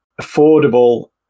affordable